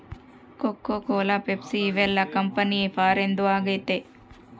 cocoa Cola Pepsi ಇವೆಲ್ಲ company ಫಾರಿನ್ದು ಆಗೈತೆ